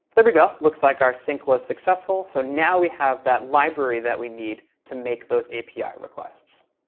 there we go. looks like our sync was successful, so now we have that library that we need to make those api requests.